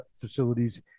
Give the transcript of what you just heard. facilities